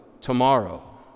tomorrow